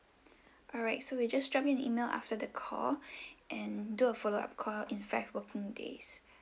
alright so we'll just drop you an email after the call and do a follow up call in five working days